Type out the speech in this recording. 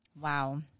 Wow